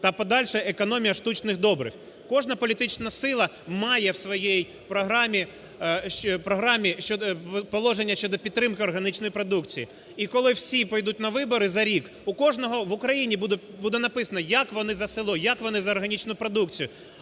та подальша економія штучних добрив". Кожна політична сила має в своїй програмі положення щодо підтримки органічної продукції. І коли всі підуть на вибори, за рік у кожного в Україні буде написано, як вони за село, як вони за органічну продукцію.